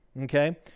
okay